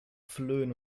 flöhen